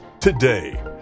today